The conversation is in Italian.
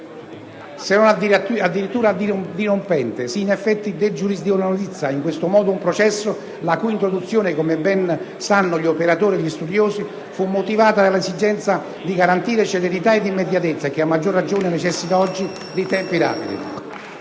se non addirittura dirompente: si degiurisdizionalizza, in questo modo, un processo la cui introduzione, come ben sanno gli operatori e gli studiosi, fu motivata dall'esigenza di garantire celerità ed immediatezza, e che a maggior ragione necessita oggi di tempi rapidi.